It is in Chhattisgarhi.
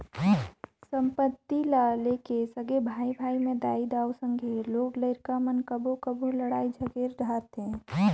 संपत्ति ल लेके सगे भाई भाई में दाई दाऊ, संघे लोग लरिका मन कभों कभों लइड़ झगेर धारथें